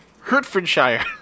Hertfordshire